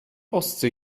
ostsee